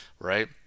right